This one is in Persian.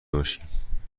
باشیم